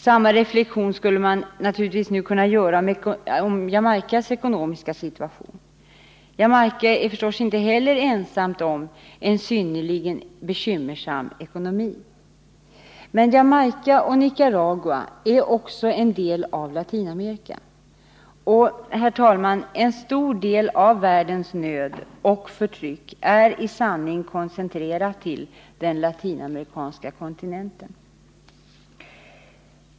Samma reflexion skulle man naturligtvis kunna göra när det gäller Jamaicas ekonomiska situation. Jamaica är förstås inte heller ensamt om att ha en synnerligen bekymmersam ekonomi. Men Jamaica och Nicaragua är också en del av Latinamerika. Och, herr talman, en stor del av världens nöd — och förtryck — har i sanning koncentrerats till den latinamerikanska kontinenten.